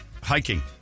hiking